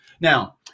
Now